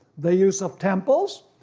the use of temples,